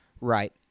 Right